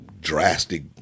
drastic